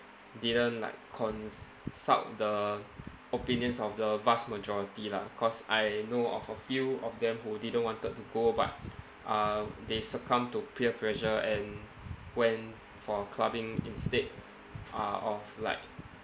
didn't like consult the opinions of the vast majority lah cause I know of a few of them who didn't wanted to go but uh they succumb to peer pressure and went for clubbing instead uh of like